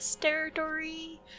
territory